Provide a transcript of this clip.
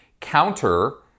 counter